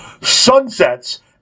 Sunsets